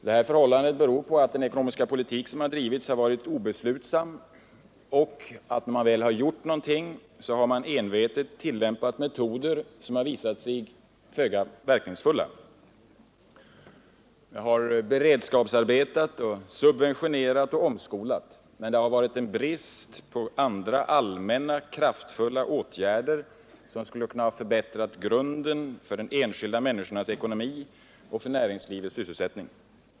Detta förhållande beror på att den ekonomiska politik som drivits har varit obeslutsam och på att när man gjort något har man envetet tillämpat metoder som visat sig föga verkningsfulla. Man har beredskapsarbetat, subventionerat och omskolat, men det har varit en brist på allmänna kraftfulla åtgärder, som skulle ha kunnat förbättra grunden för enskilda människors ekonomi och för näringslivets sysselsättning.